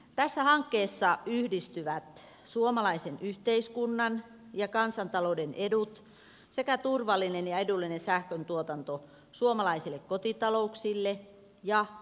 tässä hankkeessa yhdistyvät suomalaisen yhteiskunnan ja kansantalouden edut sekä turvallinen ja edullinen sähköntuotanto suomalaisille kotitalouksille ja elinkeinoelämälle